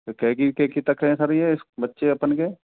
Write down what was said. तो केकी केकी तक हैं सर ये बच्चे अपन के